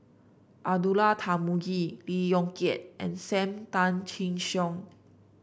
Abdullah Tarmugi Lee Yong Kiat and Sam Tan Chin Siong